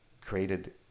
created